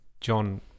john